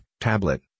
tablet